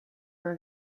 una